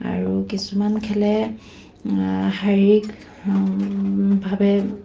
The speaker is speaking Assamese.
আৰু কিছুমান খেলে শাৰীৰিকভাৱে